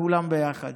כולם ביחד.